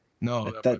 no